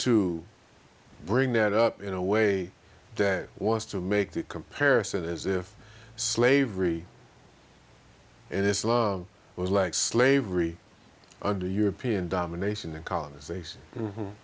to bring that up in a way that wants to make the comparison as if slavery and islam was like slavery under european domination and colonization